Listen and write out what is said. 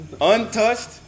Untouched